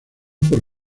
por